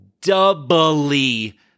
doubly